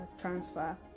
transfer